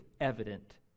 evident